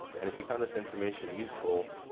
and if you found this information useful,